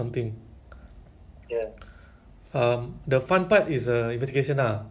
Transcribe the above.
issue then if if you complete then they close ah